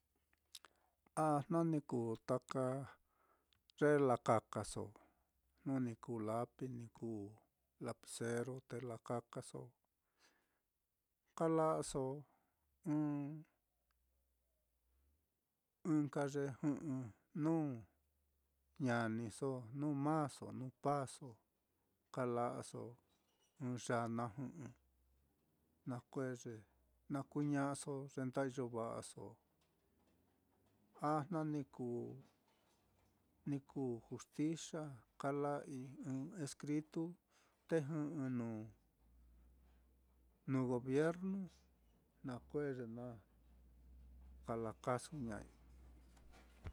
Ah jna ni kuu taka ye lakakaso, jnu ni kuu lapi, ni kuu lapicero, te lakakaso, kala'aso ɨ́ɨ́n ɨ́ɨ́n nka ye jɨ'ɨ nuu ñaniso, nuu maáso, nuu paáso, kala'aso ɨ́ɨ́n yaa na jɨ'ɨ, na kue'e ye na kuña'aso ye nda ijña va'aso, a jna ni kuu jna ni kuu juxtixa kala'ai ɨ́ɨ́n escritu te jɨ'ɨ nuu gobiernu, nakue'e ye na kala kasuña'ai.